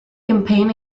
campaign